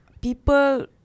people